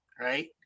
Right